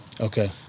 Okay